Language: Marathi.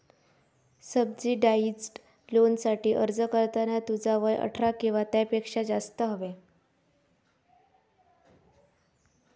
सब्सीडाइज्ड लोनसाठी अर्ज करताना तुझा वय अठरा किंवा त्यापेक्षा जास्त हव्या